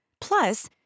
Plus